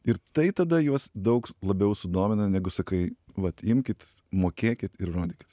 ir tai tada juos daug labiau sudomina negu sakai vat imkit mokėkit ir rodykit